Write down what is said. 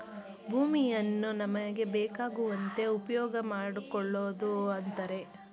ಭೂಮಿಯನ್ನು ನಮಗೆ ಬೇಕಾಗುವಂತೆ ಉಪ್ಯೋಗಮಾಡ್ಕೊಳೋದು ಅಂತರೆ